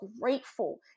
grateful